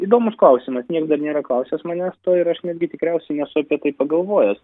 įdomus klausimas nieks dar nėra klausęs manęs to ir aš netgi tikriausiai nesu apie tai pagalvojęs